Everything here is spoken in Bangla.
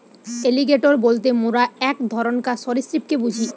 এলিগ্যাটোর বলতে মোরা এক ধরণকার সরীসৃপকে বুঝি